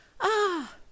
Ah